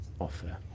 Offer